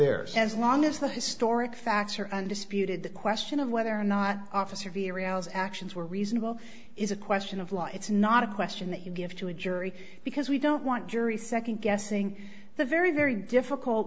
theirs as long as the historic facts are undisputed the question of whether or not officer virial is actions were reasonable is a question of law it's not a question that you give to a jury because we don't want jury second guessing the very very difficult